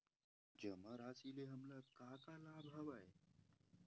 जमा राशि ले हमला का का लाभ हवय?